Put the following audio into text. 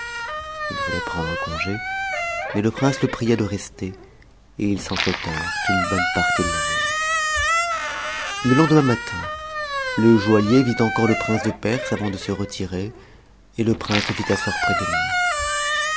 h voulait prendre congé mais le prince le pria de rester et ils s'entretinrent une bonne partie de la nuit le lendemain matin le joaillier vit encore le prince de perse avant de se retirer et e prince le fit asseoir près de lui